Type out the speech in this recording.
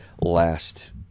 last